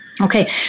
Okay